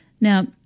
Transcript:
Now